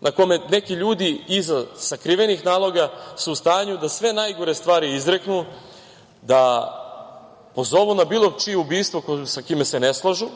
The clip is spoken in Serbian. na kome neki ljudi iza sakrivenih naloga su u stanju da sve najgore stvari izreknu, da pozovu na bilo čije ubistvo sa kime se ne slažu,